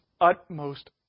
utmost